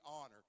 honor